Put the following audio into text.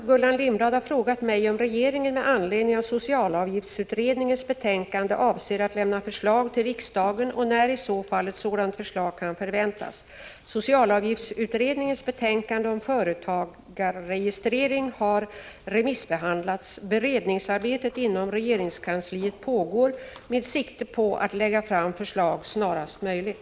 Gullan Lindblad har frågat mig om regeringen med anledning av socialavgiftsutredningens betänkande avser att lämna förslag till riksdagen och när i så fall ett sådant förslag kan förväntas. Socialavgiftsutredningens betänkande om företagarregistrering har remissbehandlats. Beredningsarbetet inom regeringskansliet pågår med sikte på att lägga fram förslag snarast möjligt.